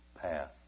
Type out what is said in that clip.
path